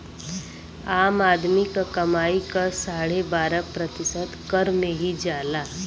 आम आदमी क कमाई क साढ़े बारह प्रतिशत कर में ही जाला